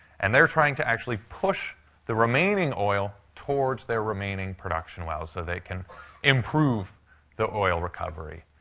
and they're trying to actually push the remaining oil towards their remaining production wells so they can improve the oil recovery.